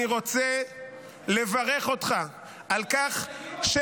אני רוצה לברך אותך על כך -- על ההישגים הגדולים.